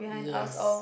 yes